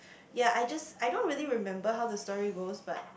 ya I just I don't really remember how the story goes but